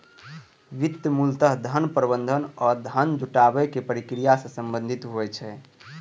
वित्त मूलतः धन प्रबंधन आ धन जुटाबै के प्रक्रिया सं संबंधित होइ छै